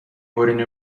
برین